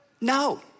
no